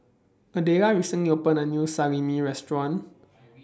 Adelia recently opened A New Salami Restaurant